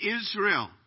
Israel